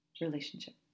relationship